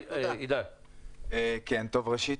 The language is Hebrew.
ראשית,